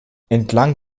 entlang